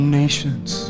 nations